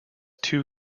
two